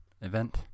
event